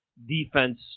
defense